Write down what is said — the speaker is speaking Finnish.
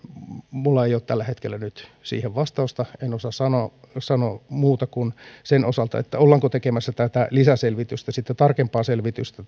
minulla ei ole tällä hetkellä nyt siihen vastausta en osaa sanoa muuta kuin sen osalta ollaanko tästä tekemässä lisäselvitystä sitä tarkempaa selvitystä